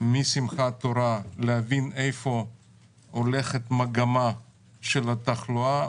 משמחת תורה להבין איפה הולכת המגמה של התחלואה,